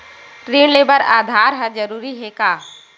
ऋण ले बर आधार ह जरूरी हे का?